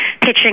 pitching